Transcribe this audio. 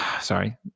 sorry